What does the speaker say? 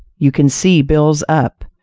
you can see bills up,